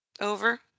Over